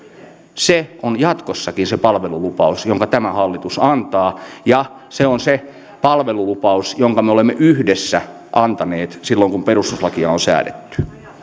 se on jatkossakin se palvelulupaus jonka tämä hallitus antaa ja se on se palvelulupaus jonka me olemme yhdessä antaneet silloin kun perustuslakia on säädetty